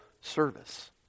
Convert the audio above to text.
service